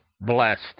blessed